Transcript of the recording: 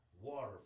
Water